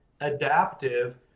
adaptive